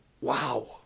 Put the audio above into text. wow